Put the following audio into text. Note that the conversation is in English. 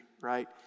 Right